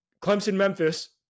Clemson-Memphis